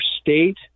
state